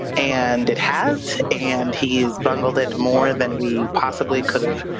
and it has and he has bungled it more than we possibly could have